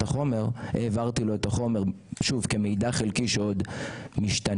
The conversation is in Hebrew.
החומר העברתי לו את החומר כמידע חלקי שעדיין משתנה.